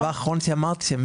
הדבר האחרון שאמרתי,